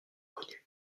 inconnues